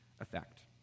effect